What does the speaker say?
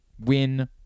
win